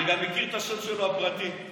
אני גם מכיר את השם הפרטי שלו.